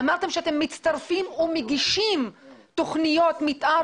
אמרתם שאתם מצטרפים ומגישים תוכניות מתאר